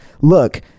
look